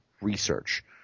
research